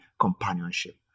companionship